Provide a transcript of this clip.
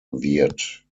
wird